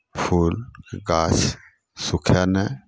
फूलके गाछ सूखय नहि